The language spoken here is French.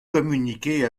communiquer